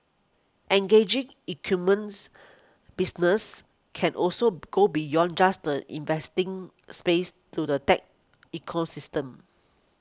engaging businesses can also go beyond just the investing space to the tech ecosystem